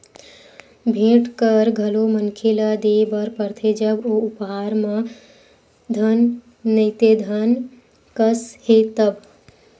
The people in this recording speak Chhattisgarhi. भेंट कर घलो मनखे ल देय बर परथे जब ओ उपहार ह धन नइते धन कस हे तब